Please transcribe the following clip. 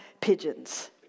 pigeons